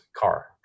car